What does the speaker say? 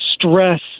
stress